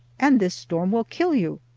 and this storm will kill you.